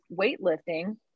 weightlifting